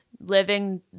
living